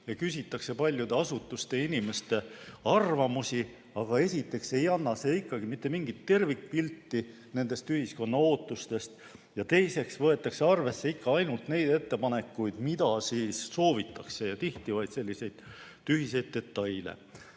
ja küsitakse paljude asutuste ja inimeste arvamusi, aga esiteks ei anna see ikkagi mitte mingit tervikpilti ühiskonna ootustest, ja teiseks võetakse arvesse ainult neid ettepanekuid, mida soovitakse, ja tihti vaid tühiseid detaile.